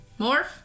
Morph